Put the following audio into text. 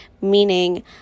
meaning